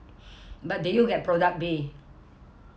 but did you get product B